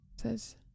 says